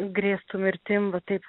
grėstų mirtim va taip